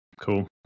Cool